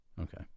okay